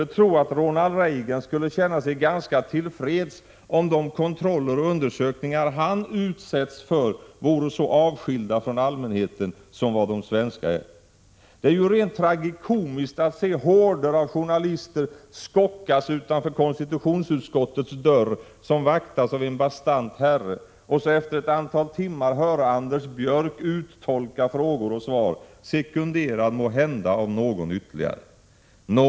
Jag tror att Ronald Reagan skulle känna sig ganska till freds om de kontroller och undersökningar han utsätts för vore så avskilda från allmänheten som de svenska är. Det är rent tragikomiskt att se horder av journalister skockas utanför konstitutionsutskottets dörr, som vaktas av en bastant herre, och efter ett antal timmar höra Anders Björck uttolka frågor och svar, måhända sekunderad av ytterligare någon.